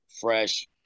fresh